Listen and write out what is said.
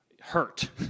hurt